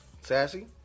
Sassy